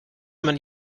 man